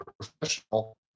professional